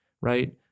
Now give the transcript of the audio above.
right